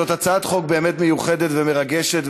זאת הצעת חוק באמת מיוחדת ומרגשת,